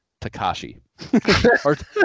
Takashi